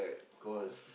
cause